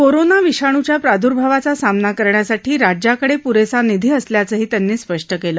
corona विषाणूच्या प्रादर्भावाचा सामना करण्यासाठी राज्याकडे प्रेसा निधी असल्याचेही त्यांनी स्पष्ट केले